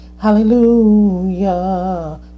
hallelujah